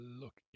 look